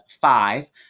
five